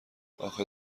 آخه